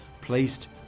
placed